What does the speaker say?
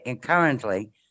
currently